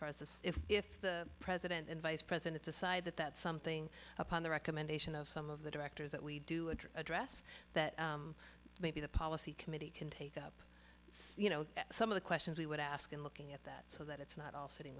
as if the president and vice president decide that that something upon the recommendation of some of the directors that we do agree address that maybe the policy committee can take up you know some of the questions we would ask and looking at that so that it's not all sitting